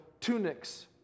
tunics